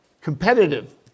competitive